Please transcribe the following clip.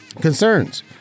concerns